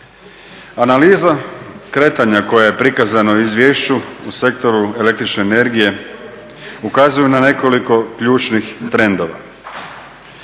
Analiza kretanja koja je prikazana u izvješću u sektoru el.energije ukazuju na nekoliko ključnih trendova.